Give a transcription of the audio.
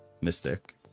Mystic